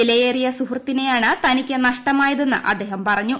വിലയേറിയ സുഹൃത്തിനെയാണ് തനിക്ക് നഷ്ടമായതെന്ന് അദ്ദേഹം പറഞ്ഞു